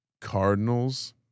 Cardinals